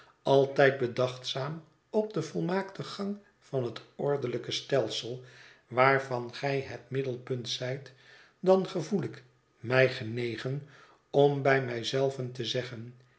altijd bedachtzaam op den volmaakten gang van het ordelijke stelsel waarvan gij het middelpunt zijt dan gevoel ik mij genegen om bij mij zclven te zeggen